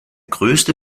größte